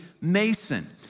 mason